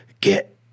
get